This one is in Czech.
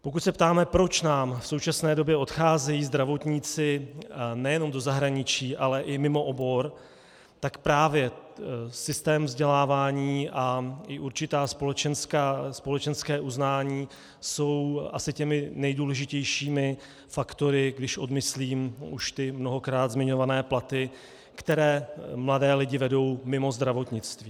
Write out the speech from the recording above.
Pokud se ptáme, proč nám v současné době odcházejí zdravotníci nejenom do zahraničí, ale i mimo obor, tak právě systém vzdělávání a i určité společenské uznání jsou asi těmi nejdůležitějšími faktory, když odmyslím už mnohokrát zmiňované platy, které mladé lidi vedou mimo zdravotnictví.